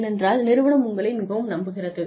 ஏனென்றால் நிறுவனம் உங்களை மிகவும் நம்புகிறது